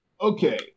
Okay